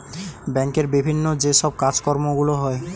ব্যাংকের বিভিন্ন যে সব কাজকর্মগুলো হয়